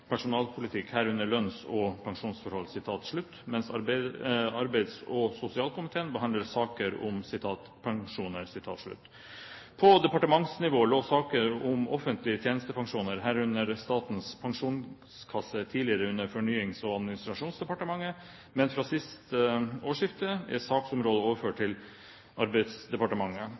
personalpolitikk – herunder lønns- og pensjonsforhold», mens arbeids- og sosialkomiteen behandler saker om «pensjoner». På departementsnivå lå saker om offentlig tjenestepensjoner, herunder Statens Pensjonskasse, tidligere under Fornyings- og administrasjonsdepartementet, men fra siste årsskifte er saksområdet overført til Arbeidsdepartementet.